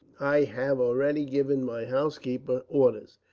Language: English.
i had already given my housekeeper orders.